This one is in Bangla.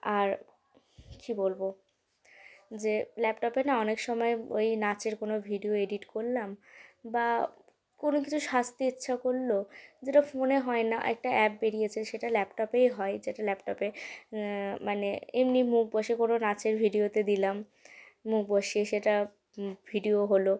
আর কি বলবো যে ল্যাপটপে না অনেক সময় ওই নাচের কোনো ভিডিও এডিট করলাম বা কোনো কিছু সাজতে ইচ্ছা করলো যেটা ফোনে হয় না একটা অ্যাপ বেড়িয়েছে সেটা ল্যাপটপেই হয় যেটা ল্যাপটপে মানে এমনি মুখ বসে কোনো নাচের ভিডিওতে দিলাম মুখ বসিয়ে সেটা ভিডিও হলো